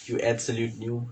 you absolute new